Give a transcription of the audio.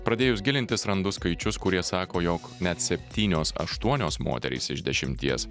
pradėjus gilintis randu skaičius kurie sako jog net septynios aštuonios moterys iš dešimties